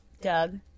Doug